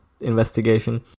investigation